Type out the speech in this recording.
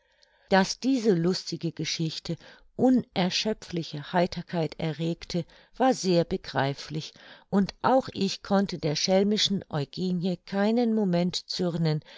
daß diese lustige geschichte unerschöpfliche heiterkeit erregte war sehr begreiflich und auch ich konnte der schelmischen eugenie keinen moment zürnen